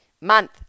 month